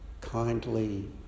kindly